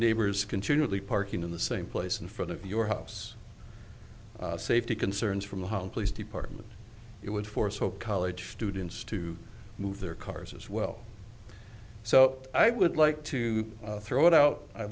neighbors continually parking in the same place in front of your house safety concerns from the home police department it would force college students to move their cars as well so i would like to throw it out i